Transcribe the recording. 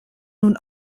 nun